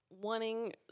wanting